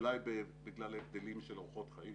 אולי בגלל הבדלים של אורחות חיים